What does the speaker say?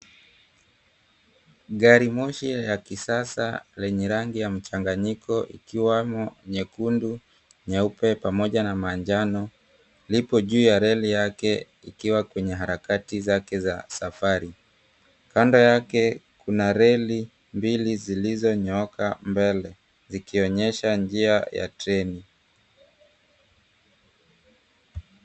Gari moshi la kisasa lenye rangi ya mchanganyiko ikiwamo nyekundu, nyeupe, pamoja na manjano lipo juu ya reli yake, ikiwa kwenye harakati zake za safari. Kando yake kuna reli mbili zilizonyooka mbele, zikionyesha njia ya treni.